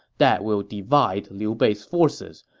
that will divide liu bei's forces.